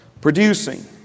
producing